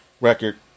record